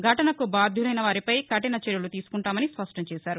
ఘటనకు బాధ్యులైనవారిపై కఠిన చర్యలు తీసుకుంటామని స్పష్టం చేశారు